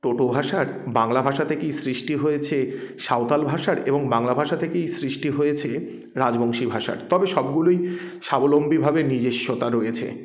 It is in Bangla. টোটো ভাষার বাংলা ভাষা থেকেই সৃষ্টি হয়েছে সাঁওতালি ভাষার এবং বাংলা ভাষা থেকেই সৃষ্টি হয়েছে রাজবংশী ভাষার তবে সবগুলোই স্বাবলম্বীভাবে নিজস্বতা রয়েছে